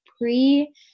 pre